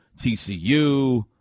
TCU